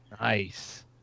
Nice